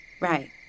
Right